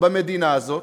במדינה הזאת